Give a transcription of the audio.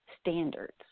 standards